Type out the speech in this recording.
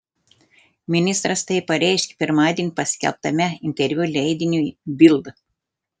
ministras tai pareiškė pirmadienį paskelbtame interviu leidiniui bild